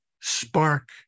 spark